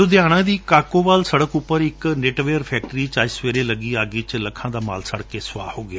ਲੁਧਿਆਣਾ ਦੀ ਕਾਕੋਵਾਲ ਸੜਕ ਉਪਰ ਇੱਕ ਨਿਟਵੀਅਰ ਫੈਕਟਰੀ ਵਿੱਚ ਅੱਜ ਸਵੇਰੇ ਲੱਗੀ ਅੱਗ ਵਿੱਚ ਲੱਖਾਂ ਦਾ ਮਾਲ ਸੜ ਕੇ ਸਵਾਹ ਹੋ ਗਿਆ